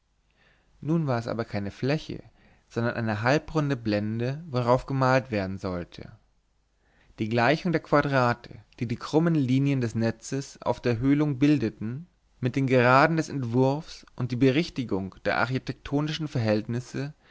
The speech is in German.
nun war es aber keine fläche sondern eine halbrunde blende worauf gemalt werden sollte die gleichung der quadrate die die krummen linien des netzes auf der höhlung bildeten mit den geraden des entwurfs und die berichtigung der architektonischen verhältnisse